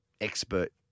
expert